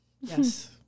Yes